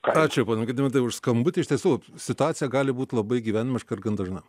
ką čia ponui gediminui už skambutį iš tiesų situacija gali būti labai gyvenimiška ir gan dažna